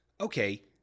okay